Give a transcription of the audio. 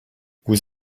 vous